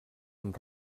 amb